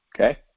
okay